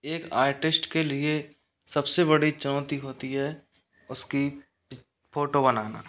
एक आर्टिस्ट के लिए सबसे बड़ी चुनौती होती है उसकी फोटो बनाना